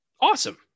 awesome